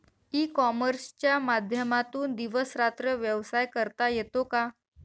E कॉमर्सच्या माध्यमातून दिवस रात्र व्यवसाय करता येतो का?